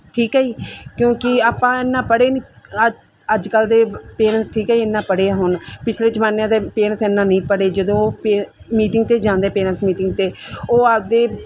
ਠੀਕ ਹੈ ਜੀ ਕਿਉਂਕਿ ਆਪਾਂ ਇੰਨਾ ਪੜ੍ਹੇ ਨਹੀਂ ਅ ਅੱਜ ਕੱਲ੍ਹ ਦੇ ਪੇਰੈਂਟਸ ਠੀਕ ਹੈ ਇੰਨਾ ਪੜ੍ਹੇ ਆ ਹੁਣ ਪਿਛਲੇ ਜਮਾਨਿਆਂ ਦੇ ਪੇਰੈਂਟਸ ਇੰਨਾ ਨਹੀਂ ਪੜ੍ਹੇ ਜਦੋਂ ਪੈ ਮੀਟਿੰਗ 'ਤੇ ਜਾਂਦੇ ਪੇਰੈਂਟਸ ਮੀਟਿੰਗ 'ਤੇ ਉਹ ਆਪਣੇ